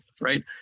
Right